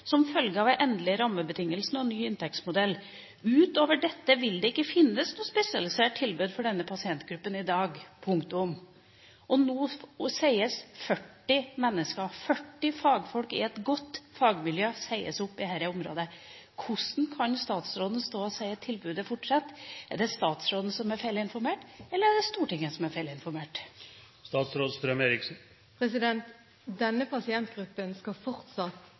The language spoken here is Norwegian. som følge av endrede rammebetingelser og ny inntektsmodell. Ut over dette vil det ikke finnes noe spesialisert tilbud til denne pasientgruppen i dag.» Nå sies 40 mennesker, 40 fagfolk i et godt fagmiljø, opp. Hvordan kan statsråden stå og si at tilbudet fortsetter? Er det statsråden som er feilinformert, eller er det Stortinget som er